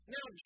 Now